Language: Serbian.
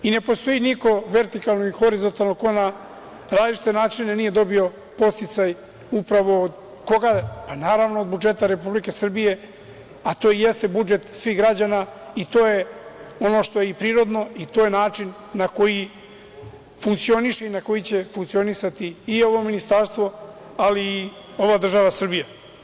I ne postoji niko vertikalno, ni horizontalno ko na različite načine nije dobio podsticaj upravo od koga, pa naravno, od budžeta Republike Srbije, a to jeste budžet svih građana i to je ono što je i prirodno i to je način na koji funkcioniše i na koji će funkcionisati i ovo ministarstvo, ali i ova država Srbija.